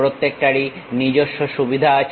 প্রত্যেকটারই নিজস্ব সুবিধা আছে